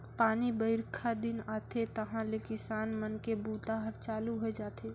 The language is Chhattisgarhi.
पानी बाईरखा दिन आथे तहाँले किसान मन के बूता हर चालू होए जाथे